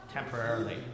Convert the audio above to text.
temporarily